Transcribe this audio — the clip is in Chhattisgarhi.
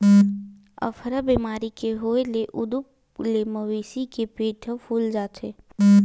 अफरा बेमारी के होए ले उदूप ले मवेशी के पेट ह फूल जाथे